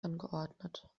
angeordnet